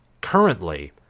Currently